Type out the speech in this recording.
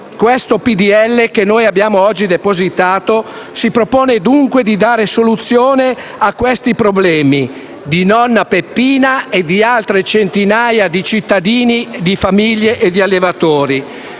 legge che noi abbiamo depositato oggi si propone dunque di dare soluzione ai problemi di nonna Peppina e di altre centinaia di cittadini di famiglie e allevatori.